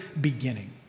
beginning